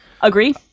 Agree